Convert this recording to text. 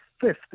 fifth